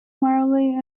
marley